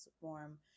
form